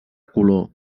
color